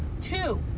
two